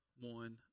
one